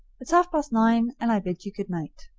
it's half-past nine, and i bid you good night.